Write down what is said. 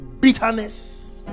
bitterness